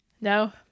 No